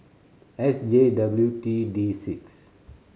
S J W T D six